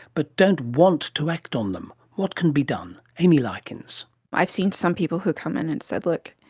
but don't want to act on them? what can be done? amy lykins i've seen some people who come in and said, look,